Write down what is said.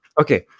Okay